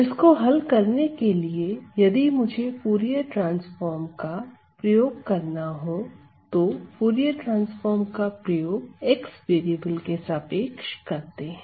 इसको हल करने के लिए यदि मुझे फूरिये ट्रांसफॉर्म का प्रयोग करना हो तो फूरिये ट्रांसफॉर्म का प्रयोग x वेरिएबल के सापेक्ष करते हैं